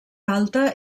alta